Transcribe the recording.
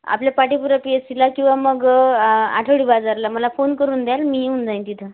आपल्या पाटीपुरा P S सीला किंवा मग आ आठवडी बाजारला मला फोन करून द्याल मी येऊन जाईन तिथं